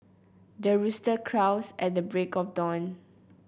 the rooster crows at the break of dawn